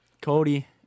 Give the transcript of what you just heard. Cody